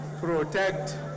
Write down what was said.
protect